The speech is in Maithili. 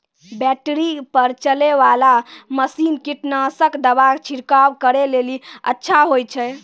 बैटरी पर चलै वाला मसीन कीटनासक दवा छिड़काव करै लेली अच्छा होय छै?